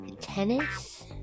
tennis